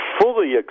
fully